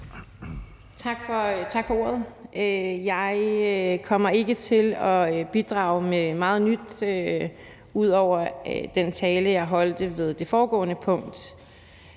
Tak for ordet. Jeg kommer ikke til at bidrage med meget nyt ud over den tale, jeg holdt ved det foregående punkt.